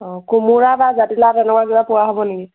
কোমোৰা বা জাতি লাও তেনেকুৱা কিবা পোৱা হ'ব নেকি